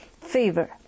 favor